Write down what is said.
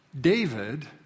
David